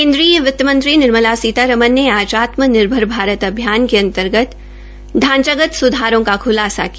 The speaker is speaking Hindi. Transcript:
केन्द्रीय वित्त मंत्री श्रीमती निर्मला सीतारमन ने आज आत्म निर्भर भारत अभियान के अंतर्गत ढांचागत सुधारों का खुलासा किया